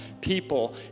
people